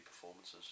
performances